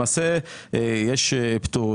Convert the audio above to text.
למעשה יש פטור.